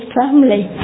family